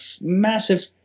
massive